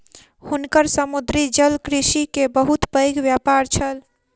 हुनकर समुद्री जलकृषि के बहुत पैघ व्यापार छल